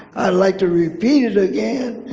i'd like to repeat it again.